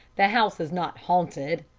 the house is not haunted,